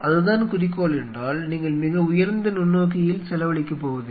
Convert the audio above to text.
அதுதான் குறிக்கோள் என்றால் நீங்கள் மிக உயர்ந்த நுண்ணோக்கியில் செலவழிக்கப் போவதில்லை